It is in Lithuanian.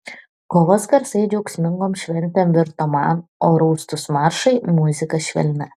kovos garsai džiaugsmingom šventėm virto man o rūstūs maršai muzika švelnia